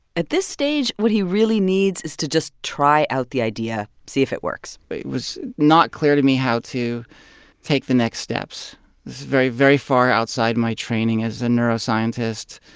at this stage, what he really needs is to just try out the idea, see if it works it was not clear to me how to take the next steps. this is very, very far outside my training as a neuroscientist.